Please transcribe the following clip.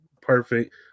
perfect